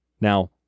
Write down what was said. Now